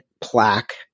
plaque